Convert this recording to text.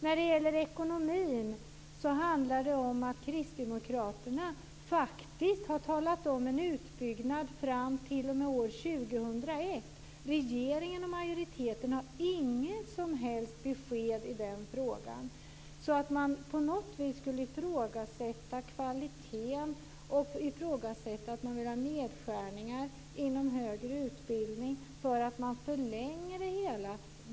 När det gäller ekonomin handlar det om att Kristdemokraterna har talat om en utbyggnad fram t.o.m. år 2001. Regeringen och majoriteten har inget som helst besked i den frågan, att man på något sätt skulle ifrågasätta kvaliteten och ifrågasätta nedskärningar inom högre utbildning därför att man förlänger det hela.